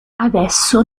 adesso